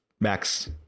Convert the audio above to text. max